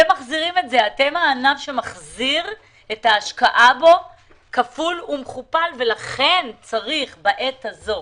אתם מחזירים את ההשקעה בכם באופן כפול ומכופל לכן צריך בעת הזו,